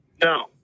No